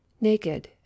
naked